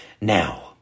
Now